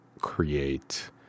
create